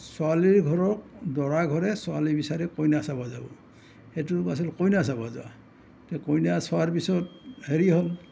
ছোৱালীৰ ঘৰক দৰা ঘৰে ছোৱালী বিচাৰি কইনা চাবা যাব সেইটো আছিল কইনা চাব যোৱা তে কইনা চোৱাৰ পিছত হেৰি হ'ল